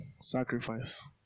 sacrifice